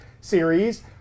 series